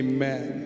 Amen